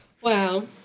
Wow